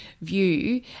view